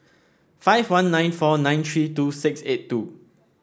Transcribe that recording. five one nine four nine three two six eight two